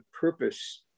purpose